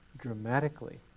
dramatically